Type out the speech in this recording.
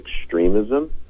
extremism